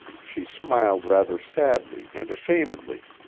she smiled rather sadly and ashamedly.